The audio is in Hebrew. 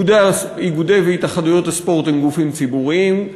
איגודי והתאחדויות הספורט הם גופים ציבוריים,